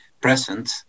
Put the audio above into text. present